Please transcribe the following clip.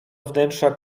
wnętrza